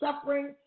suffering